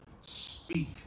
Speak